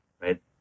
right